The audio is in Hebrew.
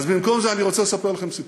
אז במקום זה אני רוצה לספר לכם סיפור.